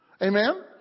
Amen